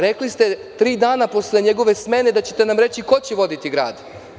Rekli ste tri dana posle njegove smene da ćete nam reći ko će voditi grad.